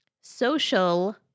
Social